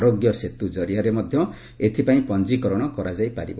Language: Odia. ଆରୋଗ୍ୟ ସେତୁ ଜରିଆରେ ମଧ୍ୟ ଏଥିପାଇଁ ପଞ୍ଜୀକରଣ କରାଯାଇପାରିବ